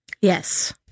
Yes